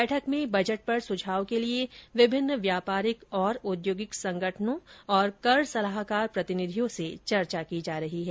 बैठक में बजट पर सुझाव के लिये विभिन्न व्यापारिक और औद्योगिक संगठनों और कर सलाहकार प्रतिनिधियों से चर्चा की जा रही है